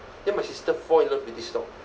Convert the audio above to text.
then my sister fall in love with this dog